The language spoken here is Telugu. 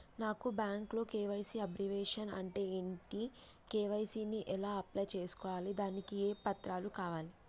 నాకు బ్యాంకులో కే.వై.సీ అబ్రివేషన్ అంటే ఏంటి కే.వై.సీ ని ఎలా అప్లై చేసుకోవాలి దానికి ఏ పత్రాలు కావాలి?